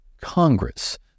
Congress